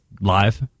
live